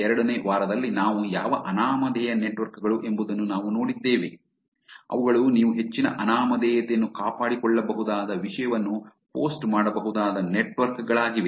2 ವಾರದಲ್ಲಿ ನಾವು ಯಾವ ಅನಾಮಧೇಯ ನೆಟ್ವರ್ಕ್ ಗಳು ಎಂಬುದನ್ನು ನಾವು ನೋಡಿದ್ದೇವೆ ಅವುಗಳು ನೀವು ಹೆಚ್ಚಿನ ಅನಾಮಧೇಯತೆಯನ್ನು ಕಾಪಾಡಿಕೊಳ್ಳಬಹುದಾದ ವಿಷಯವನ್ನು ಪೋಸ್ಟ್ ಮಾಡಬಹುದಾದ ನೆಟ್ವರ್ಕ್ ಗಳಾಗಿವೆ